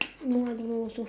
no I don't know also